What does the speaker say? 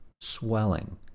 swelling